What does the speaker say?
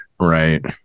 right